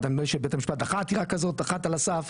אני חושב שבית המשפט דחה עתירה כזאת אחת על הסף,